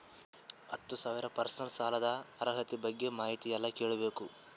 ಹತ್ತು ಸಾವಿರ ಪರ್ಸನಲ್ ಸಾಲದ ಅರ್ಹತಿ ಬಗ್ಗೆ ಮಾಹಿತಿ ಎಲ್ಲ ಕೇಳಬೇಕು?